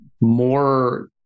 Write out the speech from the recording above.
more